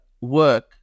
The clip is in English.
work